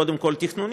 קודם כול תכנונית,